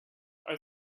are